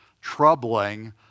troubling